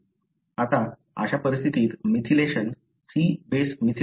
आता अशा परिस्थितीत मिथिलेशन C बेस मिथिलेटेड होतो